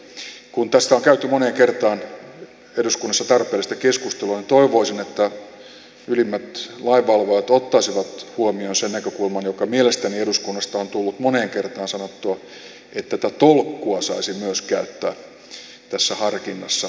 kun tästä on käyty moneen kertaan eduskunnassa tarpeellista keskustelua niin toivoisin että ylimmät lainvalvojat ottaisivat huomioon sen näkökulman joka mielestäni eduskunnasta on tullut moneen kertaan sanottua että tätä tolkkua saisi myös käyttää tässä harkinnassa